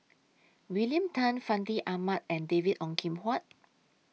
William Tan Fandi Ahmad and David Ong Kim Huat